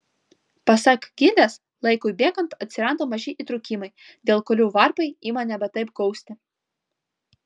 pasak gidės laikui bėgant atsiranda maži įtrūkimai dėl kurių varpai ima nebe taip gausti